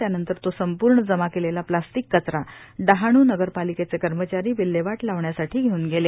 त्यानंतर तो संपूर्ण जमा केलेला प्लास्टिक कचरा डहाणू नगरपालिकेचे कर्मचारी विल्हेवाट लावण्यासाठी घेव्न गेले